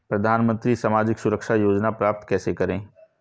प्रधानमंत्री सामाजिक सुरक्षा योजना प्राप्त कैसे करें?